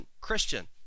Christian